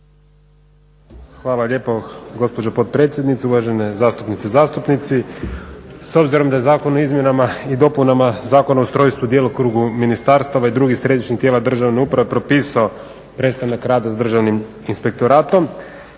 Hvala lijepo gospođo potpredsjednice. Uvažene zastupnice i zastupnici. S obzirom da je Zakon o izmjenama i dopunama Zakona u ustrojstvu i djelokrugu ministarstava i drugih središnjih tijela državne uprave propisao prestanak rada s Državnim inspektoratom